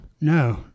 No